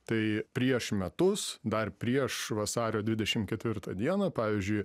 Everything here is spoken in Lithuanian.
tai prieš metus dar prieš vasario dvidešim ketvirtą dieną pavyzdžiui